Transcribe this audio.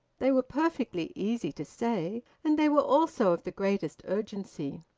they were perfectly easy to say, and they were also of the greatest urgency.